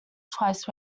twice